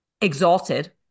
exalted